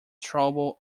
trouble